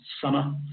summer